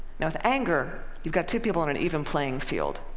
now with anger, you've got two people on an even playing field.